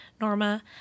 Norma